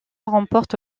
remporte